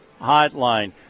Hotline